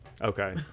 Okay